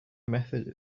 method